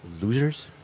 losers